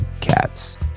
Cats